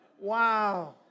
Wow